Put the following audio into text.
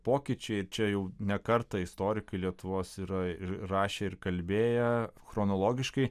pokyčiai čia jau ne kartą istorikai lietuvos yra ir rašę ir kalbėję chronologiškai